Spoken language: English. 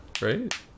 Right